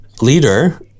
leader